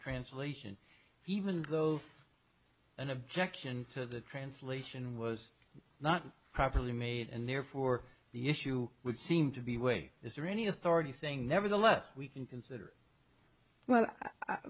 translation even though an objection to the translation was not properly made and therefore the issue would seem to be way is there any authority saying nevertheless we can consider